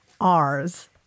R's